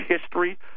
history